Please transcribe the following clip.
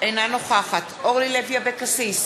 אינה נוכחת אורלי לוי אבקסיס,